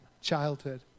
childhood